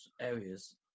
areas